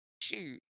shoot